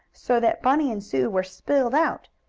so that bunny and sue were spilled out.